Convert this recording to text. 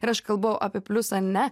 ir aš kalbu apie pliusą ne